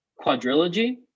quadrilogy